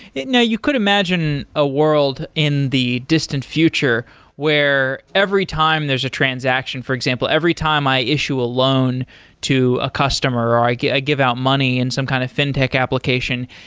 now you could imagine a world in the distant future where every time there's a transaction, for example every time i issue a loan to a customer, or i give i give out money in some kind of fintech application,